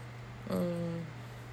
mm